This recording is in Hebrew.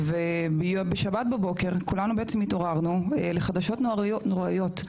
ובשבת בבוקר כולנו בעצם התעוררנו לחדשות נוראיות,